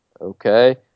Okay